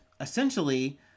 essentially